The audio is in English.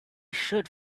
should